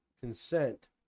consent